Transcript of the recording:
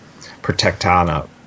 protectana